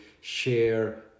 share